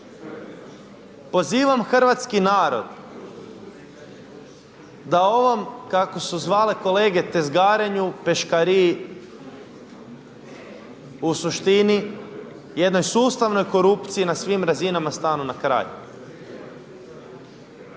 Pozivam hrvatski narod da u ovom kako su zvale kolege tezgarenju, peškariji, u suštini jednoj sustavnoj korupciji na svim razinama stanu na kraj.